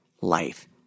life